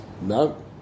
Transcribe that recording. No